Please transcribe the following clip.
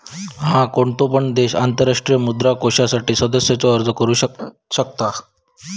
हा, कोणतो पण देश आंतरराष्ट्रीय मुद्रा कोषासाठी सदस्यतेचो अर्ज करू शकता